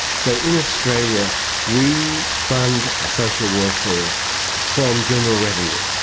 so in australia we fund a social welfare from general revenue.